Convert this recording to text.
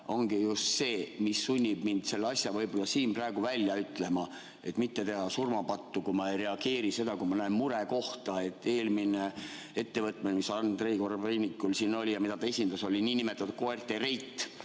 ongi just see, kes sunnib mind selle asja siin praegu välja ütlema, et mitte teha surmapattu, kui ma ei reageeri sellele, kui ma näen murekohta. Eelmine ettevõtmine, mis Andrei Korobeinikul siin oli ja mida ta esindas, oli nn koerte Rate,